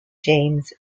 james